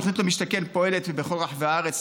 תוכנית למשתכן פועלת בכל רחבי הארץ,